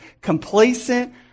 complacent